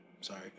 Sorry